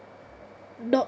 not